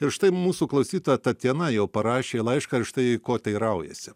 ir štai mūsų klausytoja tatjana jau parašė laišką ir štai ko teiraujasi